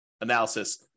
analysis